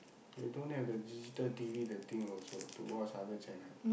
they don't have the digital T_V the thing also to watch other channel